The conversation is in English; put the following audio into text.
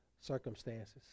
circumstances